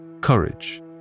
courage